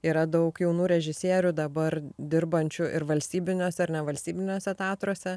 yra daug jaunų režisierių dabar dirbančių ir valstybiniuose ir nevalstybiniuose teatruose